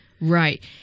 right